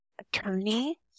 attorney